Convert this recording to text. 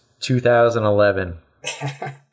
2011